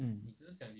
mm